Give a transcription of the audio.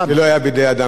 אני מסכים עם מה שאתה אומר,